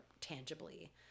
tangibly